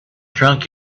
drunk